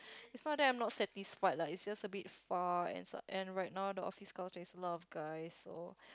it's not that I'm not that satisfied lah it's just a bit far and s~ and right now the office culture is a lot of guys so